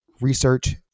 research